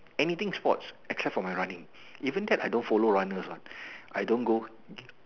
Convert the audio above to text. anything sports except for my running even that I don't follow runners one I don't go